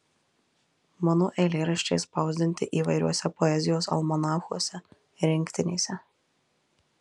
mano eilėraščiai spausdinti įvairiuose poezijos almanachuose rinktinėse